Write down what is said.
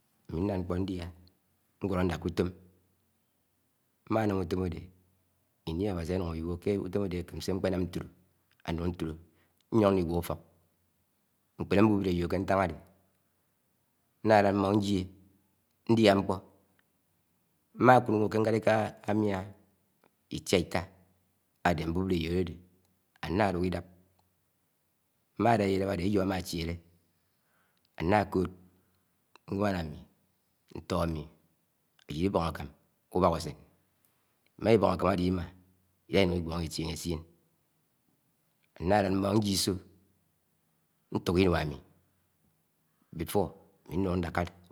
. Ámị, ṇlád ṉkpó ṉdiá ngwolọ ṉdáká útọm, mɱanám útọɱ ode, íni Áwásị áwiwó ké, útóɱ áde ákéɱ sé ṇkpénạɱ ṇtro, ámị núṇ túlọ nýo̱n ṉligwó úfọk, ɱkpelé mbúbịlé éjọ ké ṉtán áde nnálád mɱon ṉjie, ndiá ṉkpo, mmákúd ṇwo, ké nkáliká ámiá itiáitá, áde mbúbile ejo adede ana duk idap. Ɱma dáyá idáp áde, ejọ ámáchéle, anna kod nwán ami, ntör ami, ajid ibong akam úbák-áséṇ, iɱá ibọñ ákáɱ áde, imá ila inun igwoho itinhe esien ánálád ɱmọn ṉjie ísọ ṉtúk inúá ámi úfọk unen mbakárá